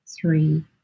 three